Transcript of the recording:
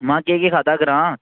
महां केह् केह् खाद्धा ग्रां